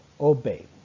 obey